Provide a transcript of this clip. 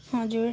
हजुर